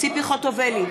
ציפי חוטובלי,